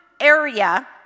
area